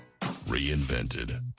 reinvented